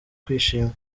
kwishima